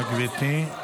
בבקשה, גברתי.